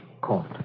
court